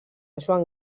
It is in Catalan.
joan